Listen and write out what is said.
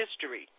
history